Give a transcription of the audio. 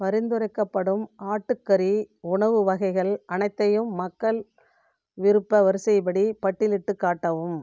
பரிந்துரைக்கப்படும் ஆட்டுக்கறி உணவு வகைகள் அனைத்தையும் மக்கள் விருப்ப வரிசைப்படி பட்டியலிட்டுக் காட்டவும்